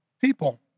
people